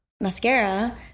mascara